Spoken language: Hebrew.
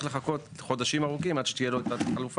לחכות חודשים ארוכים עד שתהיה לו את החלופה?